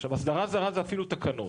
עכשיו, אסדרה זרה זה אפילו תקנות.